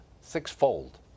six-fold